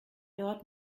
dort